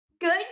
Good